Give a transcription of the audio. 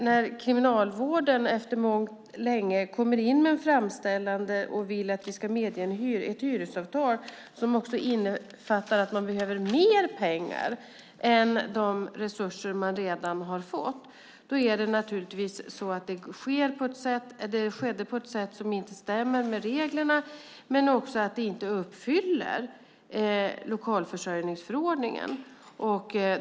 När Kriminalvården kom in med en framställan och ville att vi skulle medge ett hyresavtal som innebar att man behövde mer pengar än de resurser man redan hade fått, stämde det inte med reglerna och uppfyllde inte heller kraven i lokalförsörjningsförordningen.